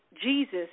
Jesus